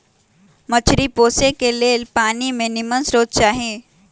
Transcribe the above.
मछरी पोशे के लेल पानी के निम्मन स्रोत चाही